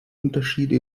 unterschiede